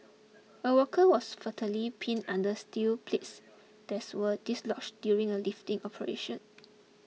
a worker was fatally pinned under steel plates that's were dislodged during a lifting operation